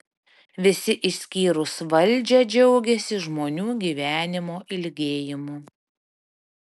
visi išskyrus valdžią džiaugiasi žmonių gyvenimo ilgėjimu